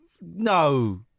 No